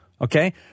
Okay